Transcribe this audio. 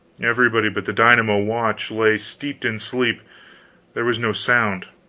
everybody but the dynamo-watch lay steeped in sleep there was no sound